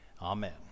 Amen